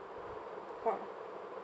for